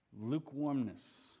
lukewarmness